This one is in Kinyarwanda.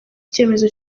icyemezo